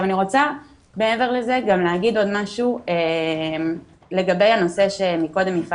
אני רוצה מעבר לזה גם להגיד עוד משהו לגבי הנושא שקודם